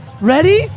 Ready